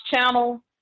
channel